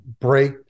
break